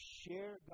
share